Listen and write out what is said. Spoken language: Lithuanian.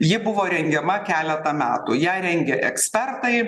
ji buvo rengiama keletą metų ją rengė ekspertai